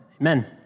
Amen